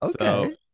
Okay